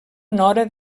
nora